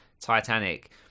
Titanic